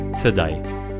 today